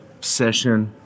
session